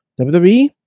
WWE